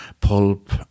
pulp